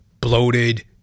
bloated